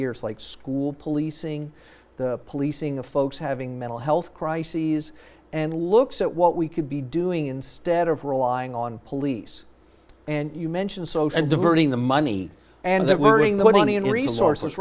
years like school policing the policing of folks having mental health crises and looks at what we could be doing instead of relying on police and you mentioned social and diverting the money and that learning the money and resources